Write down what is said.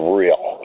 real